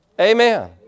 Amen